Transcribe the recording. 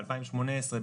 ב-2018,